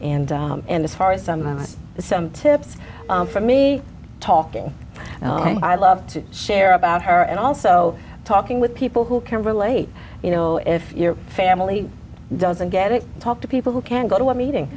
and and as far as some have some tips for me talking i love to share about her and also talking with people who can relate you know if your family doesn't get it talk to people who can't go to what meeting